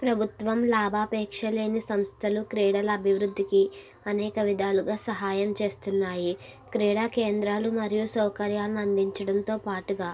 ప్రభుత్వం లాభాపేక్ష లేని సంస్థలు క్రీడల అభివృద్ధికి అనేక విధాలుగా సహాయం చేస్తున్నాయి క్రీడా కేంద్రాలు మరియు సౌకర్యాలను అందించడంతో పాటుగా